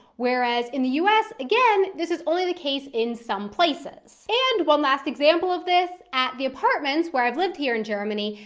whereas in the u s, again, this is only the case in some places. and one last example of this, at the apartments where i've lived here in germany,